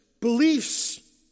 beliefs